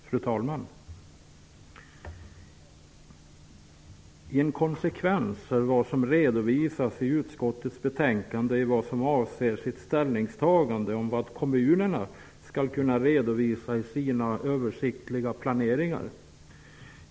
Fru talman! Inkonsekvens är vad som redovisas i utskottets betänkande i vad som avser ställningstagandet om vad kommunerna skall kunna redovisa i sina översiktliga planeringar.